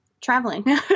traveling